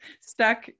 stuck